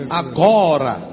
agora